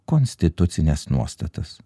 konstitucines nuostatas